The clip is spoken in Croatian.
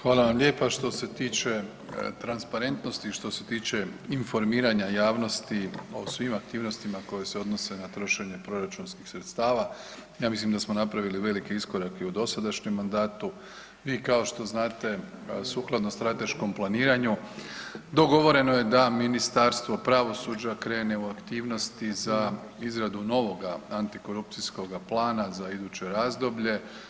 Hvala vam lijepa, što se tiče transparentnosti, što se tiče informiranja javnosti o svim aktivnostima koje se odnose na trošenje proračunskih sredstava, ja mislim da smo napravili veliki iskorak i u dosadašnjem mandatu, vi kao što znate sukladno strateškom planiranju, dogovoreno je da Ministarstvo pravosuđa krene u aktivnosti za izradu novoga antikorupcijskoga plana za iduće razdoblje.